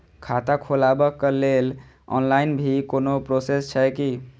खाता खोलाबक लेल ऑनलाईन भी कोनो प्रोसेस छै की?